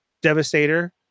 Devastator